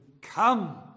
come